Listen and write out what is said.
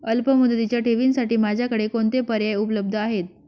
अल्पमुदतीच्या ठेवींसाठी माझ्याकडे कोणते पर्याय उपलब्ध आहेत?